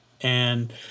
And-